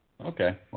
okay